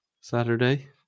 saturday